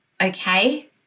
okay